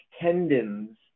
tendons